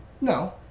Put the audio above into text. No